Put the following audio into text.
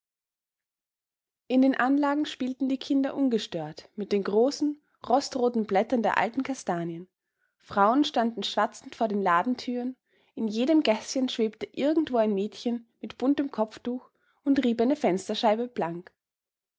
in den anlagen spielten die kinder ungestört mit den großen rostroten blättern der alten kastanien frauen standen schwatzend vor den ladentüren in jedem gäßchen schwebte irgendwo ein mädchen mit buntem kopftuch und rieb eine fensterscheibe blank